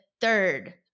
third